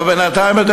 אבל בינתיים,